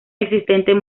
existentes